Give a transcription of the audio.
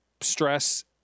stress